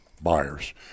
buyers